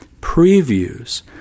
previews